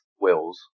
wills